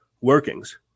workings